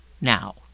now